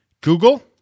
Google